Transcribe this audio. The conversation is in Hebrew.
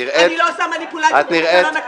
אני לא עושה מניפולציות --- בכנסת.